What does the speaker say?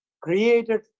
created